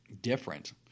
different